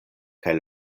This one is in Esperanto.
kaj